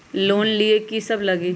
Loan लिए की सब लगी?